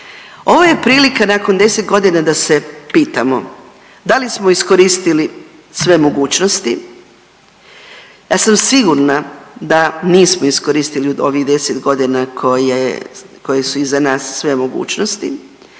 Ovo je prilika nakon 10 godina da se pitamo da li smo iskoristili sve mogućnosti, ja sam sigurna da nismo iskoristili u ovih 10 godina koje, koje su iza nas sve mogućnosti,